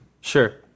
Sure